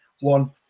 one